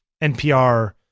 NPR